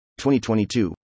2022